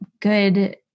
good